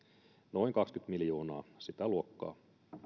noin kaksikymmentä miljoonaa sitä luokkaa